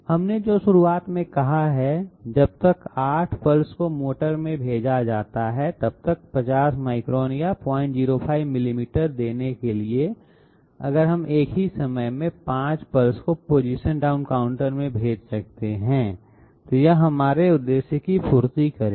हमने जो शुरुआत में कहा है कि जब तक 8 पल्स को मोटर में भेजा जाता है तब तक 50 माइक्रोन या 005 मिलीमीटर देने के लिए अगर हम एक ही समय में 5 पल्स को पोजीशन डाउन काउंटर में भेज सकते हैं तो यह हमारे उद्देश्य की पूर्ति करेगा